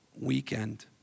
weekend